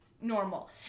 normal